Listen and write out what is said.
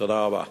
תודה רבה.